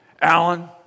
Alan